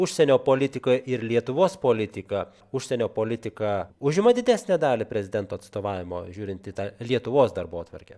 užsienio politika ir lietuvos politika užsienio politika užima didesnę dalį prezidento atstovavimo žiūrint į tą lietuvos darbotvarkę